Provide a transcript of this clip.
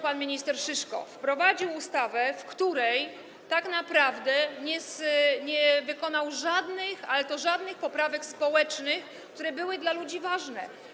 Pan minister Szyszko przygotował ustawę, do której tak naprawdę nie wprowadził żadnych, ale to żadnych poprawek społecznych, które były dla ludzi ważne.